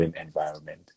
environment